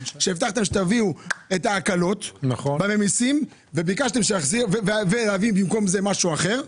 הבטחתם שתביאו את ההקלות בממיסים ובמקום זה להביא משהו אחר.